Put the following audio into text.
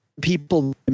people